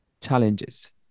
challenges